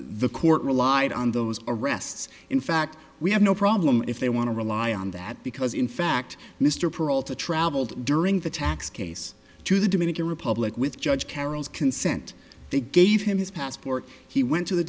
the court relied on those arrests in fact we have no problem if they want to rely on that because in fact mr pearl to traveled during the tax case to the dominican republic with judge carroll's consent they gave him his passport he went to the